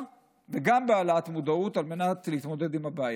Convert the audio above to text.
וגם בהעלאת המודעות על מנת להתמודד עם הבעיה.